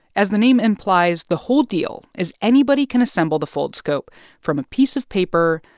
as the name implies, the whole deal is anybody can assemble the foldscope from a piece of paper,